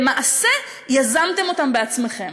למעשה יזמתם אותם בעצמכם.